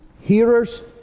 hearers